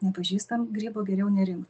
nepažįstam grybo geriau nerinkt